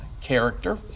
character